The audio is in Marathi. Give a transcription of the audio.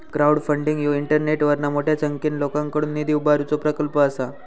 क्राउडफंडिंग ह्यो इंटरनेटवरना मोठ्या संख्येन लोकांकडुन निधी उभारुचो प्रकल्प असा